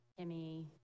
Kimmy